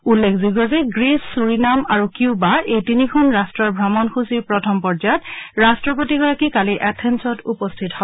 উল্লেখযোগ্য যে Greece Suriname আৰু কিউবা এই তিনিখন ৰাট্টৰ ভ্ৰমণসূচীৰ প্ৰথম পৰ্য্যায়ত ৰাট্টপতিগৰাকী কালি এথেন্সত উপস্থিত হয়